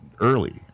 early